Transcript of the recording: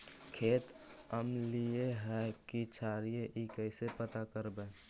खेत अमलिए है कि क्षारिए इ कैसे पता करबै?